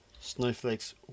snowflakes